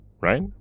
right